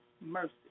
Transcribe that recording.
mercy